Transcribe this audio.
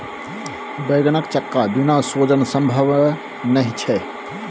बैंगनक चक्का बिना सोजन संभवे नहि छै